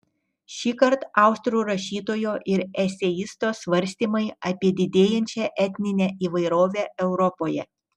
šįkart austrų rašytojo ir eseisto svarstymai apie didėjančią etninę įvairovę europoje